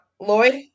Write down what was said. Lloyd